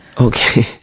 Okay